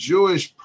Jewish